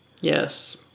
Yes